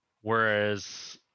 whereas